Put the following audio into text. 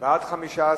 נתקבלו.